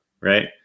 right